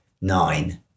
nine